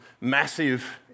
massive